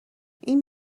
این